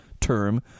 term